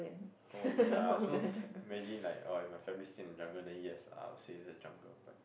oh ya so imagine like oh if my family stay in the jungle then yes I'll stay in the jungle but